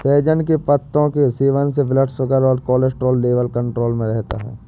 सहजन के पत्तों के सेवन से ब्लड शुगर और कोलेस्ट्रॉल लेवल कंट्रोल में रहता है